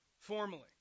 Formally